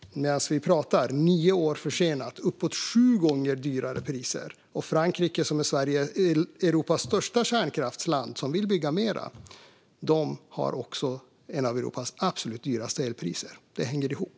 Medan vi pratar är det nio år försenat, och det är uppåt sju gånger högre priser. Frankrike, som är Europas största kärnkraftsland och som vill bygga mer, har bland Europas absolut högsta elpriser. Det hänger ihop.